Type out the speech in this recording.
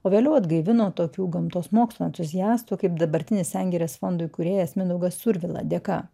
o vėliau atgaivino tokių gamtos mokslų entuziastų kaip dabartinis sengirės fondo įkūrėjas mindaugas survila dėka